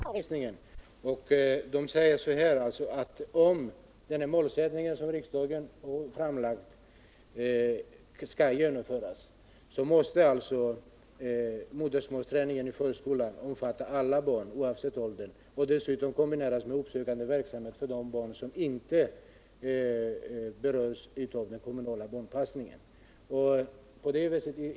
Herr talman! Alla de här instanserna, bl.a. invandrarverket, har uttalat sig när det gäller modersmålsundervisningen. De säger att om den målsättning som riksdagen fastställt skall uppnås, så måste modersmålsträningen i förskolan omfatta alla barn, oavsett ålder, och kompletteras med uppsökande verksamhet för de barn som inte berörs av den kommunala barnomsorgen.